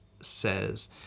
says